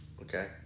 Okay